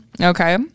okay